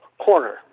corner